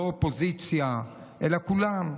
לא אופוזיציה, אלא כולם.